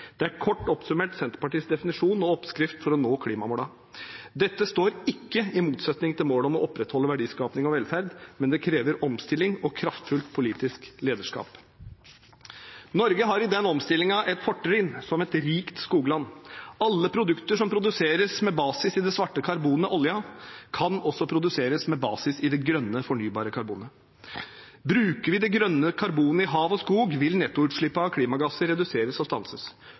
Det er kort oppsummert Senterpartiets definisjon og oppskrift for å nå klimamålene. Dette står ikke i motsetning til målet om å opprettholde verdiskaping og velferd, men det krever omstilling og kraftfullt politisk lederskap. Norge har i denne omstillingen et fortrinn som et rikt skogland. Alle produkter som produseres med basis i det svarte karbonet – oljen – kan også produseres med basis i det grønne, fornybare karbonet. Bruker vi det grønne karbonet i hav og skog, vil nettoutslippet av klimagasser reduseres og stanses.